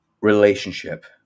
relationship